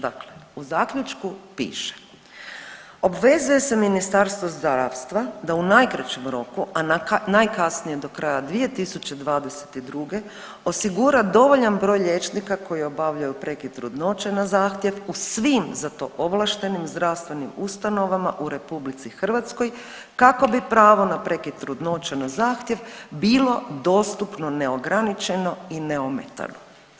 Dakle u zaključku piše obvezuje se Ministarstvo zdravstva da u najkraćem roku, a najkasnije do kraja 2022. osigura dovoljan broj liječnika koji obavljaju prekid trudnoće na zahtjev u svim za to ovlaštenim zdravstvenim ustanovama u RH kako bi pravo na prekid trudnoće na zahtjev bilo dostupno neograničeno i neometano.